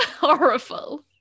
horrible